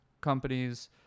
companies